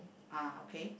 ah okay